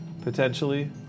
potentially